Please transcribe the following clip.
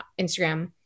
Instagram